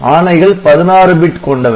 ஆணைகள் 16 பிட் கொண்டவை